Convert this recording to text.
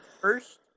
first